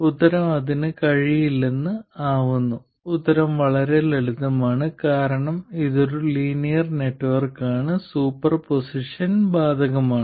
ഉത്തരം അതിന് കഴിയില്ലെന്ന് ആവുന്നു ഉത്തരം വളരെ ലളിതമാണ് കാരണം ഇതൊരു ലീനിയർ നെറ്റ്വർക്ക് ആണ് സൂപ്പർപോസിഷൻ ബാധകമാണ്